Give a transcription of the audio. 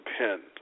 depend